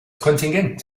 kontingent